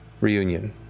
reunion